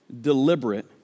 deliberate